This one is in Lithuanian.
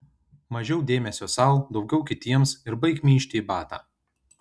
mažiau dėmesio sau daugiau kitiems ir baik myžti į batą